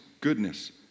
goodness